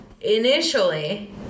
Initially